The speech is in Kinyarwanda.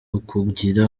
ukugira